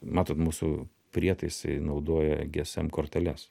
matot mūsų prietaisai naudoja gsm korteles